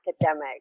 academic